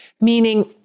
Meaning